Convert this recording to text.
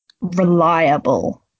reliable